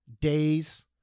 days